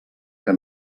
que